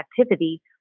activity